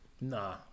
Nah